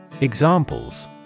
Examples